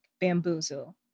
bamboozle